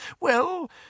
Well